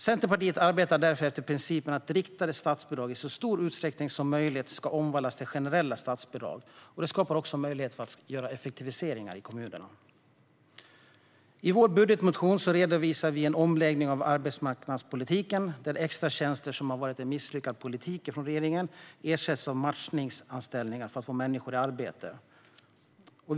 Centerpartiet arbetar därför efter principen att riktade statsbidrag i så stor utsträckning som möjligt ska omvandlas till generella statsbidrag. Det skapar också möjligheter för effektiviseringar i kommunerna. I vår budgetmotion redovisar vi en omläggning av arbetsmarknadspolitiken. Extratjänster, som har varit en misslyckad politik från regeringen, ersätts av matchningsanställningar, för att människor ska komma i arbete.